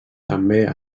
també